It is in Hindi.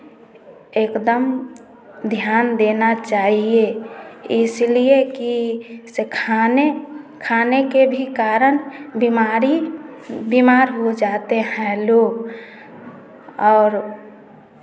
एकदम ध्यान देना चाहिए इसलिए कि से खाने खाने के भी कारण बीमारी बीमार हो जाते हैं लोग और